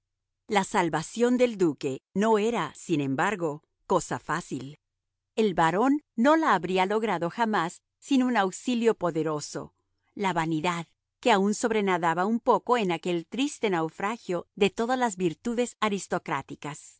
la salvación del duque no era sin embargo cosa fácil el barón no la habría logrado jamás sin un auxilio poderoso la vanidad que aun sobrenadaba un poco en aquel triste naufragio de todas las virtudes aristocráticas